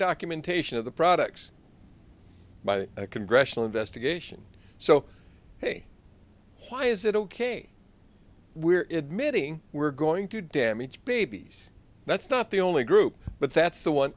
documentation of the products by a congressional investigation so hey why is it ok we're in admitting we're going to damage babies that's not the only group but that's the one